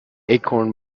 acorn